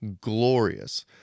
glorious